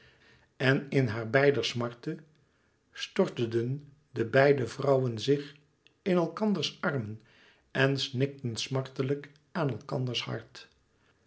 en in haar beider smarte storteden de beide vrouwen zich in elkanders armen en snikten smartlijk aan elkanders hart